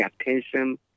attention